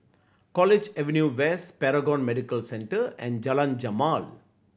College Avenue West Paragon Medical Centre and Jalan Jamal